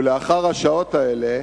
ולאחר השעות האלה